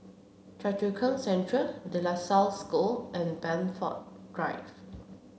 Choa Chu Kang Central De La Salle School and Blandford Drive